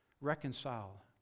reconcile